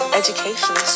education